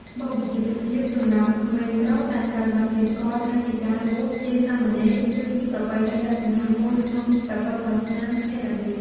បព្វជិតភាពសម្រាប់ក្មេងប្រុស ដែលត្រូវបានគេស្គាល់ថាជាការបួសជាសាមណេរ គឺជាប្រពៃណីដ៏សំខាន់មួយក្នុងព្រះពុទ្ធសាសនាថេរវាទ។